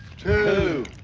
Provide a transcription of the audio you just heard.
two,